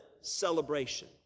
celebration